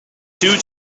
two